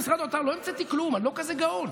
למשל, אתם הרי ניסיתם להביא את קרן הארנונה.